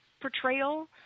portrayal